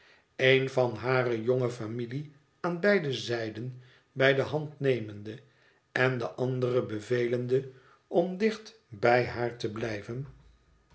een van hare jonge familie aan beide zijden bij de hand nemende en den anderen bevelende om dicht bij haar te blijven